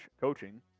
coaching